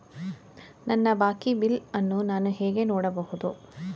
ನನ್ನ ಬಾಕಿ ಬಿಲ್ ಅನ್ನು ನಾನು ಹೇಗೆ ನೋಡಬಹುದು?